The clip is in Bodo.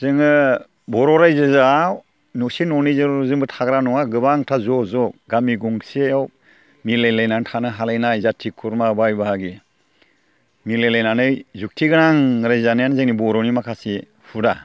जोङो बर' रायजोआव न'से न'नैल'जोंबो थाग्रा नङा गोबांथा ज' ज' गामि गंसेयाव मिलायलायना थानो हालायनाय जाथि खुरमा बाय बाहागि मिलायलायनानै जुगथिगोनां रायजो जानायानो जोंनि बर'नि माखासे हुदा